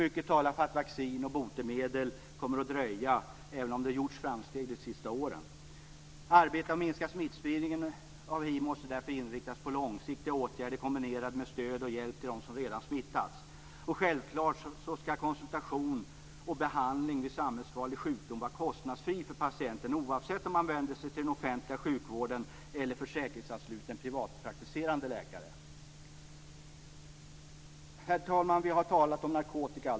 Mycket talar för att vaccin och botemedel kommer att dröja, även om det har gjorts framsteg under de senaste åren. Arbetet med att minska smittspridningen av hiv måste därför inriktas på långsiktiga åtgärder kombinerade med stöd och hjälp till dem som redan har smittats. Självklart skall konsultation och behandling vid samhällsfarlig sjukdom vara kostnadsfri för patienten, oavsett om man vänder sig till den offentliga sjukvården eller om man vänder sig till en försäkringsansluten privatpraktiserande läkare. Herr talman!